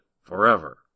forever